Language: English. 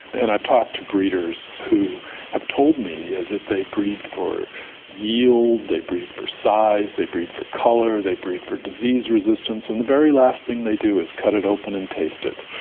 and i've talked to breeders who have told me that they breed for yield, they breed for size, they breed for colour, they breed for disease resistance, and the very last thing they do is cut it open and taste it.